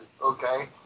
okay